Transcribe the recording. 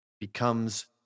becomes